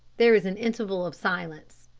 there was an interval of silence.